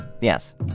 Yes